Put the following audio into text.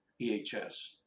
ehs